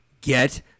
get